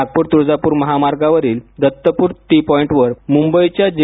नागपूर तुळजापूर महामार्गावरील दत्तपूर टी पॉईंटवर मुंबईच्या जे